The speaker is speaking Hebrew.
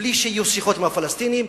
בלי שיהיו שיחות עם הפלסטינים,